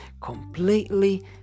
completely